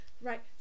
Right